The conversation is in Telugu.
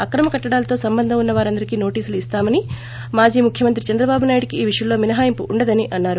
అక్రమ కట్లడాలతో సంబంధం ఉన్న వారందరికీ నోటీసులు ఇస్తామని మాజీ ముఖ్యమంత్రి చంద్రబాబు నాయుడుకి ఈ విషయంలో మినహాయింపు ఉండదని అన్నారు